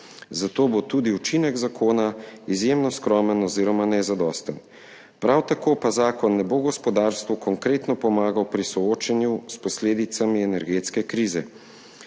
zato bo tudi učinek zakona izjemno skromen oziroma nezadosten. Prav tako pa zakon gospodarstvu ne bo konkretno pomagal pri soočenju s posledicami energetske krize.